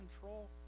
control